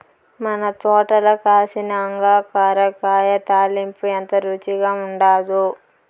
మన తోటల కాసిన అంగాకర కాయ తాలింపు ఎంత రుచిగా ఉండాదో